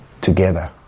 together